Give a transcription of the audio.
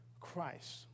Christ